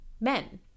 men